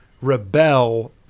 rebel